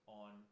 on